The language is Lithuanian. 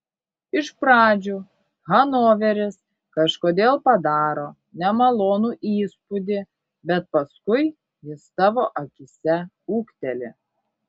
iš pradžių hanoveris kažkodėl padaro nemalonų įspūdį bet paskui jis tavo akyse ūgteli